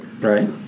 Right